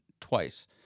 twice